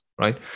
right